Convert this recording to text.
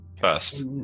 first